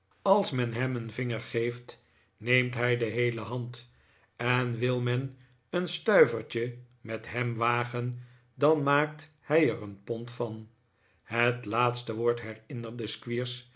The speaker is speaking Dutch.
als men hem een vinger geeft neemt hij de heele hand en wil men een stuivertje met hem wagen dan maakt hij er een pond van het laatste woord